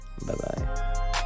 Bye-bye